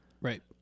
right